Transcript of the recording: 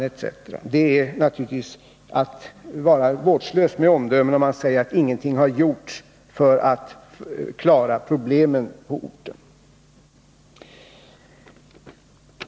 Det är naturligtvis att vara vårdslös i sina omdömen när man säger att ingenting har gjorts för att klara problemen på orten.